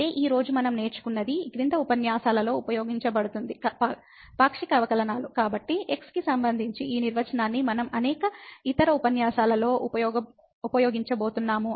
కాబట్టి ఈ రోజు మనం నేర్చుకున్నది ఈ క్రింది ఉపన్యాసాలలో ఉపయోగించబడుతుంది పాక్షిక అవకలనాలు కాబట్టి x కి సంబంధించి ఈ నిర్వచనాన్ని మనం అనేక ఇతర ఉపన్యాసాలలో ఉపయోగించబోతున్నాము